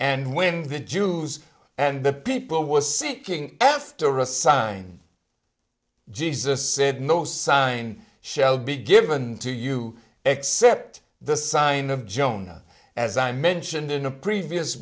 and when the jews and the people were seeking after a sign jesus said no sign shall be given to you except the sign of jonah as i mentioned in a previous